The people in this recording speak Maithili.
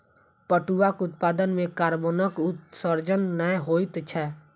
पटुआक उत्पादन मे कार्बनक उत्सर्जन नै होइत छै